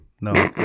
No